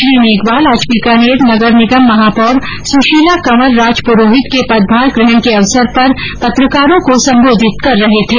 श्री मेघवाल आज बीकानेर नगर निगम महापौर सुशीला कंवर राजपुरोहित के पदभार ग्रहण के अवसर पर पत्रकारों को संबोधित कर रहे थे